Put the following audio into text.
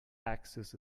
axis